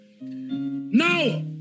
Now